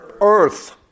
earth